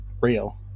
real